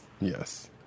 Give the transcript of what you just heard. Yes